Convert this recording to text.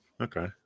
okay